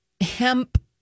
Hemp